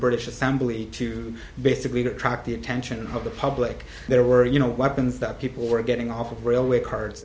british assembly to basically attract the attention of the public there were weapons that people were getting off of railway cars